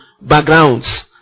backgrounds